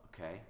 Okay